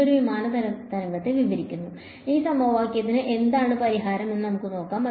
ഇത് ഒരു വിമാന തരംഗത്തെ വിവരിക്കുന്നു ഈ സമവാക്യത്തിന് എന്താണ് പരിഹാരം എന്ന് നമുക്ക് നോക്കാം